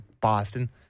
Boston –